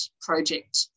project